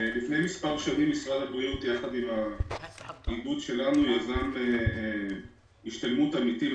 לפני מספר שנים יזם משרד הבריאות יחד עם האיגוד שלנו השתלמות עמיתים.